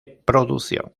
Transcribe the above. producción